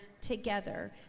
together